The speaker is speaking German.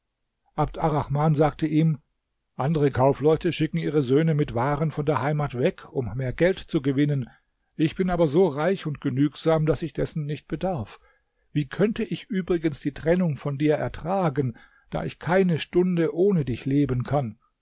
arrahman sagte ihm andere kaufleute schicken ihre söhne mit waren von der heimat weg um mehr geld zu gewinnen ich bin aber so reich und genügsam daß ich dessen nicht bedarf wie könnte ich übrigens die trennung von dir ertragen da ich keine stunde ohne dich leben kann